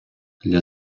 для